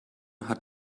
hat